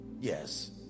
Yes